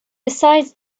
besides